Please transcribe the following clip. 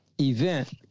event